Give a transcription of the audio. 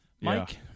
Mike